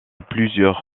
plusieurs